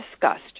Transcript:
discussed